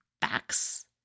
backs